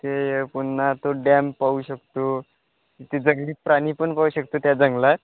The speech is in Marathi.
ते पुन्हा तो डॅम पाहू शकतो तिथे जंगली प्राणी पण पाहू शकतो त्या जंगलात